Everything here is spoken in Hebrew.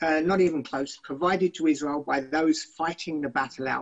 אנחנו חייבים להבהיר שישראל היא לא הבעיה,